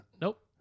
Nope